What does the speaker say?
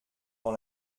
dans